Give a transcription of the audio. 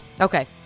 Okay